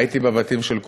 הייתי בבתים של כולכם.